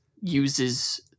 uses